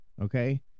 okay